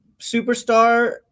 superstar